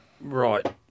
Right